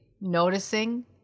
noticing